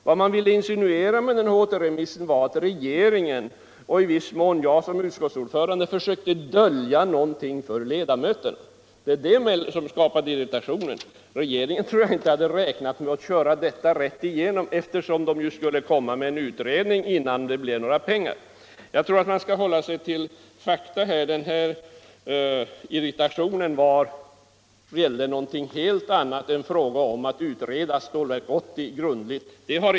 Vad man ville insinuera med sin begäran. om återremiss var att regeringen och i viss mån jag som utskottsordförande försökte dölja något för Iledamöterna. Det var detta som skapade irri Allmänpolitisk debatt tationen. Jag tror inte att regeringen hade räknat med att köra detta rätt igenom, eftersom den skulle framlägga en utredning innan några pengar anslogs. Man bör hålla sig till fakta. Irritationen gällde alltså något helt annat än frågan om att grundligt utreda projektet Stålverk 80.